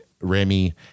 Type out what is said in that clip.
remy